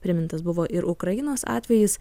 primintas buvo ir ukrainos atvejis